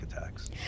attacks